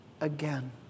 again